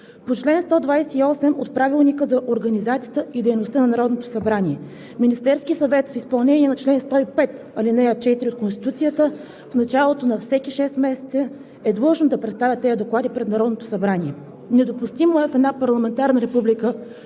по чл. 128 от Правилника за организацията и дейността на Народното събрание. Министерският съвет в изпълнение на чл. 105, ал. 4 от Конституцията в началото на всеки шест месеца е длъжно да представя тези доклади пред Народното събрание. Недопустимо е в една парламентарна република,